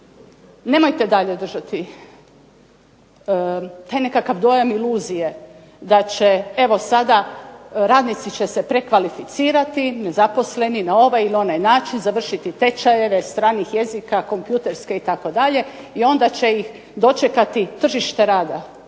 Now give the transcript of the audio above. nemojte dalje držati taj nekakav dojam iluzije, da će sada, radnici se prekvalificirati, nezaposleni, na ovaj ili onaj način, završiti tečajeve stranih jezika, kompjuterske itd., i onda će ih dočekati tržište rada.